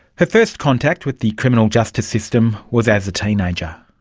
her first contact with the criminal justice system was as a teenager.